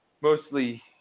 mostly –